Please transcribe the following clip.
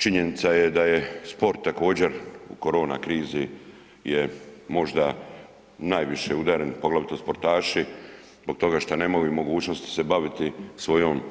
Činjenica je da je sport također, u korona krizi je možda najviše udaren, poglavito sportaše zbog toga što nemaju mogućnosti se baviti svojim